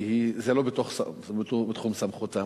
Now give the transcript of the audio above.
כי זה לא בתחום סמכותה.